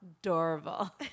adorable